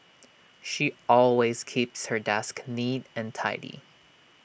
she always keeps her desk neat and tidy